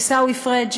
עיסאווי פריג',